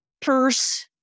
purse